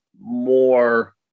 more